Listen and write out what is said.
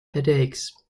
headaches